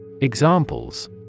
Examples